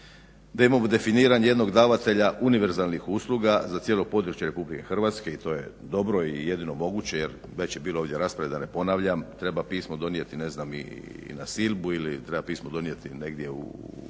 da imamo definirano jednog davatelja univerzalnih usluga za cijelo područje RH i to je dobro i jedino moguće jer već je bilo ovdje rasprave da ne ponavljam, treba pismo donijeti ne znam na Silbu ili treba pismo donijeti negdje u Dalmatinsku